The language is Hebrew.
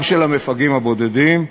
גם של המפגעים הבודדים,